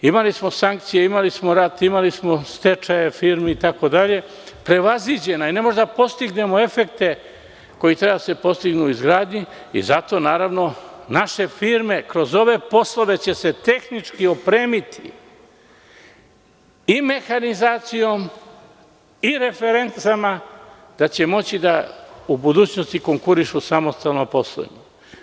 Imali smo sankcije, imali smo rat, imali smo stečaje firmi itd. i prevaziđena je, ne možemo da postignemo efekte koji treba da se postignu u izgradnji i zato će se naše firme kroz ove poslove tehnički opremiti i mehanizacijom i referencama, da će moći u budućnosti da konkurišu da samostalno posluju.